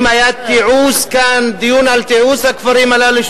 אם היה דיון כאן על תיעוש הכפרים הללו,